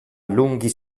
lunghi